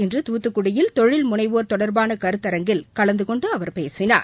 இன்று துத்துக்குடியில் தொழில்முனைவோர் தொடர்பான கருத்தாங்கில் கலந்துகொண்டு அவர் பேசினார்